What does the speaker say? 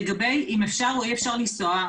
לגבי אם אפשר או אי אפשר לנסוע,